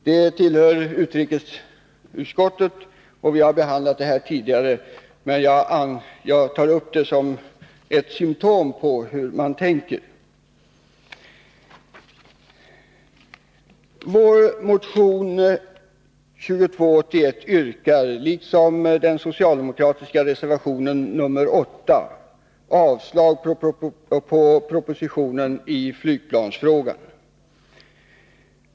Det tillhör utrikesutskottet och vi har behandlat det tidigare, men jag tar upp det som ett symtom på hur man tänker. Vår motion 2281 yrkar, liksom den socialdemokratiska reservationen nr 8, avslag på propositionen i flygplansfrågan.